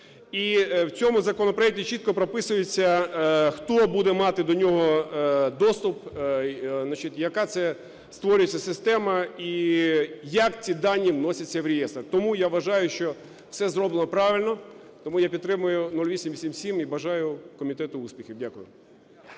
І в цьому законопроекті чітко прописується, хто буде мати до нього доступ, яка це створюється система і як ці дані вносяться в реєстр. Тому, я вважаю, що все зроблено правильно, тому я підтримую 0877 і бажаю комітету успіхів. Дякую.